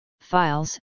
files